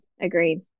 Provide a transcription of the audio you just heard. Agreed